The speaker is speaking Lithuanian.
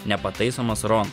nepataisomas ron